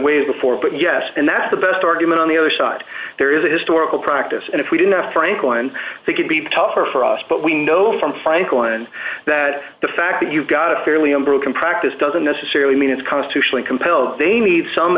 ways before but yes and that's the best argument on the other side there is a historical practice and if we didn't frank one thing could be tougher for us but we know from frank one that the fact that you've got a fairly a broken practice doesn't necessarily mean it's constitutionally compelled they need some